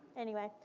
anyway.